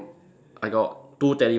I got two teddy bear